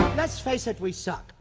let's face it. we saw